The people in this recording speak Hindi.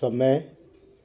समय